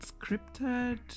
scripted